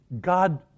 God